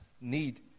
need